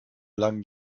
langen